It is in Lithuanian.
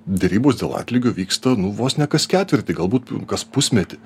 derybos dėl atlygio vyksta nu vos ne kas ketvirtį galbūt kas pusmetį